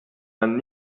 man